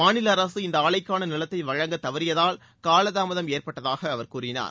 மாநில அரசு இந்த ஆலைக்கான நிலத்தை வழங்கத் தவறியதால் காலமாதம் ஏற்பட்டதாக அவர் கூறினார்